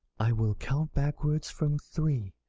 i will count backwards from three.